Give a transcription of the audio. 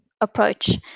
approach